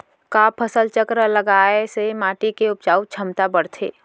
का फसल चक्र लगाय से माटी के उपजाऊ क्षमता बढ़थे?